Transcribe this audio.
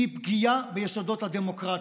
היא לא פגיעה ביסודות הדמוקרטיה,